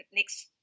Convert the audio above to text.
next